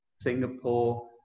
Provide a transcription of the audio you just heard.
Singapore